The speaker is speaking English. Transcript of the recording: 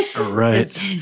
Right